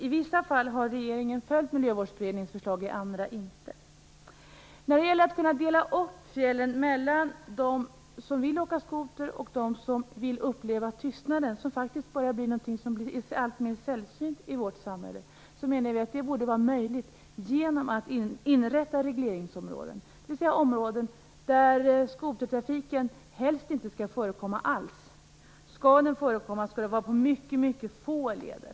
I vissa fall har regeringen följt Vi menar att det borde vara möjligt att dela upp fjällen mellan dem som vill åka skoter och dem som vill uppleva tystnaden - som faktiskt börjar vara alltmer sällsynt i vårt samhälle - genom att man inrättar regleringsområden, dvs. områden där skotertrafiken helst inte skall förekomma alls. Skall den förekomma så skall det vara på mycket få leder.